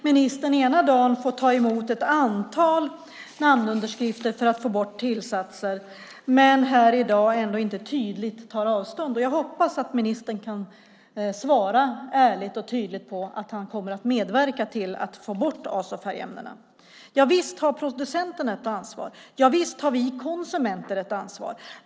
Ministern får ena dagen ta emot ett antal namnunderskrifter för att få bort tillsatser men tar här i dag ändå inte tydligt avstånd. Jag hoppas att ministern kan svara ärligt och tydligt på att han kommer att medverka till att få bort azofärgämnen. Visst har producenter och vi konsumenter ett ansvar.